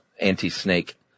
anti-snake